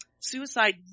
Suicide